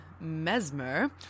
mesmer